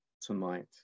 tonight